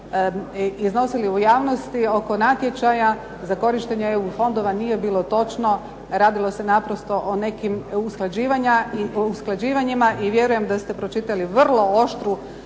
iznosili u javnosti oko natječaja za korištenje EU fondova nije bilo točno. Radilo se naprosto o nekim usklađivanjima i vjerujem da ste pročitali vrlo oštru